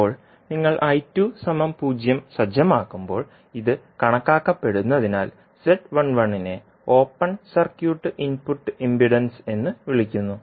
ഇപ്പോൾ നിങ്ങൾ 0 സജ്ജമാക്കുമ്പോൾ ഇത് കണക്കാക്കപ്പെടുന്നതിനാൽ നെ ഓപ്പൺ സർക്യൂട്ട് ഇൻപുട്ട് ഇംപിഡൻസ് എന്ന് വിളിക്കുന്നു